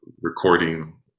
recording